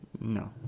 No